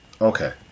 Okay